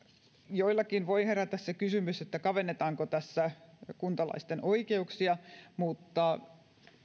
joillakin voi herätä se kysymys kavennetaanko tässä kuntalaisten oikeuksia mutta